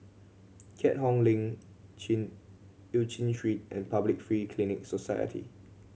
Keat Hong Link Chin Eu Chin Street and Public Free Clinic Society